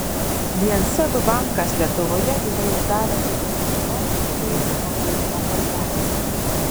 vien seb bankas lietuvoje yra išdavęs apie milijoną įvairių mokėjimo kortelių